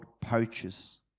poachers